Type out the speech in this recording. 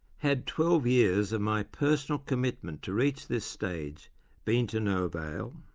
had twelve years of my personal commitment to reach this stage been to no avail?